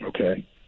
Okay